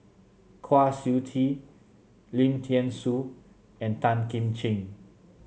Kwa Siew Tee Lim Thean Soo and Tan Kim Ching